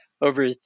over